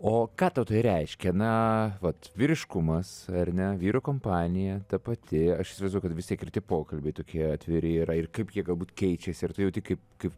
o ką tau tai reiškia na vat vyriškumas ar ne vyrų kompanija ta pati aš įsivaizduo kad vis tiek ir tie pokalbiai tokie atviri yra ir kaip jie galbūt keičiasi ir tu jauti kaip kaip